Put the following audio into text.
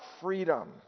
freedom